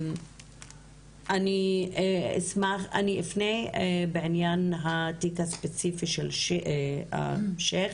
אני אפנה בעניין התיק הספציפי של שיך